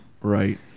Right